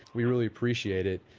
we really appreciate it.